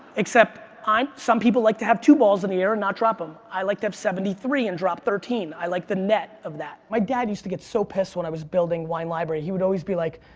except um some people like to have two balls in the air and not drop um i like to have seventy three and dropped thirteen. i like the net of that. my dad used to get so pissed when i was building wine library, he would always be like,